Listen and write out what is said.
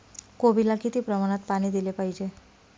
कोबीला किती प्रमाणात पाणी दिले पाहिजे?